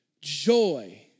joy